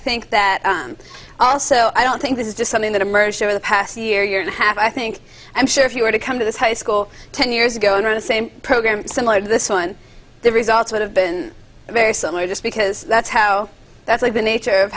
think that also i don't think this is just something that emerged over the past year year and a half i think i'm sure if you were to come to this high school ten years ago under the same program similar to this one the results would have been very similar just because that's how that's like the nature of